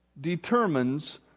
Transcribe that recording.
determines